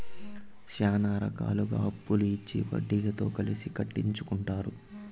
శ్యానా రకాలుగా అప్పులు ఇచ్చి వడ్డీతో కలిపి కట్టించుకుంటారు